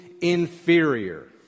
inferior